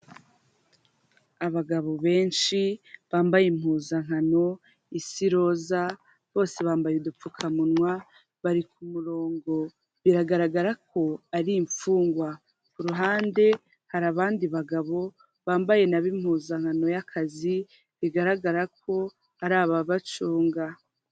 Abagabo benshi bambaye impuzankano isa iroza, bose bambaye udupfukamunwa, bari ku murongo. Biragaragara ko ari imfungwa. Ku ruhande hari abandi bagabo, bambaye na bo b'impuzankano y'akazi, bigaragara ko ari ababacunga.